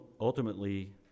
ultimately